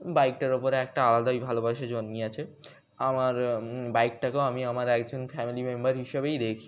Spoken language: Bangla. বাইকটার ওপরে একটা আলাদাই ভালোবাসা জন্মিয়ে আছে আমার বাইকটাকেও আমি আমার একজন ফ্যামিলি মেম্বার হিসেবেই দেখি